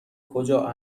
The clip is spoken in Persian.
کجا